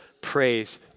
praise